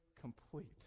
complete